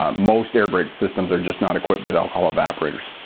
um most air brake systems are just not equipped with alcohol evaporators.